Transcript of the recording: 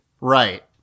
right